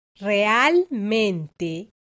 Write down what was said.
realmente